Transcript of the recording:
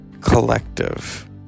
collective